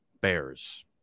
Bears